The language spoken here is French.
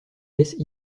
laisse